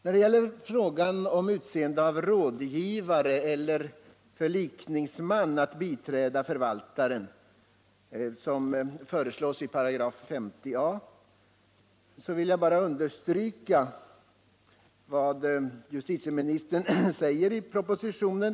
När det gäller frågan om utseende av rådgivare eller förlikningsman som skall biträda förvaltaren, som föreslås i 50 a §, vill jag bara understryka vad justitieministern framhåller i propositionen.